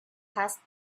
passed